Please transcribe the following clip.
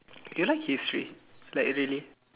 you like history like really